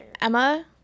Emma